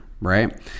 right